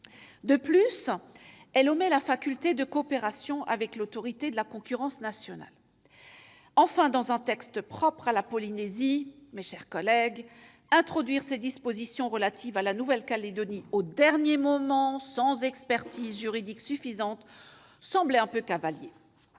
De plus, elle omet la faculté de coopération avec l'Autorité nationale de la concurrence. Enfin, dans un texte propre à la Polynésie, introduire ces dispositions relatives à la Nouvelle-Calédonie, au dernier moment et sans expertise juridique suffisante, semble quelque peu cavalier.